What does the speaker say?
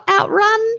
outrun